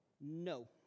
No